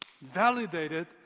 validated